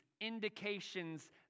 indications